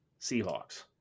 Seahawks